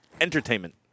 Entertainment